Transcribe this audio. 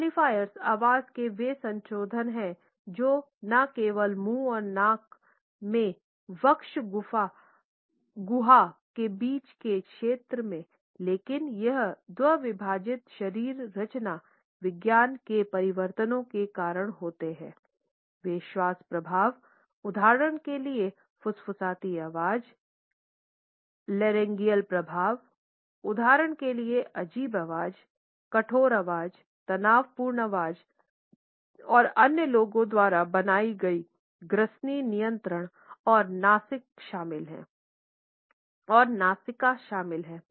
qualifiers प्रभाव उदाहरण के लिए अजीब आवाज़ कठोर आवाज़ तनावपूर्ण आवाज़ और अन्य लोगों द्वारा बनाई गई ग्रसनी नियंत्रण और नासिका शामिल हैं